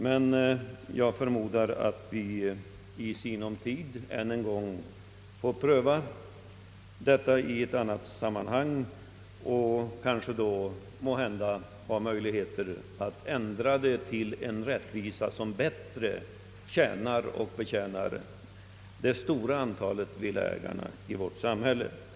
Men jag förmodar att vi i sinom tid än en gång får pröva detta ärende i ett annat sammanhang, och då kanske vi får möjlighet att ändra bestämmelserna så att de blir rättvisare mot det stora antalet villaägare i vårt samhälle. Herr talman!